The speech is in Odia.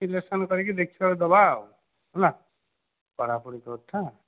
ସିଲେକ୍ସନ କରିକି ଦେଖିବା ଆଉ ଦେବା ହେଲା ପଢ଼ା ପଢ଼ି କରୁଥା